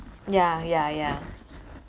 ya ya ya